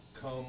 come